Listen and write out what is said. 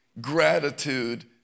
gratitude